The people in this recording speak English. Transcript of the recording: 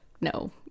no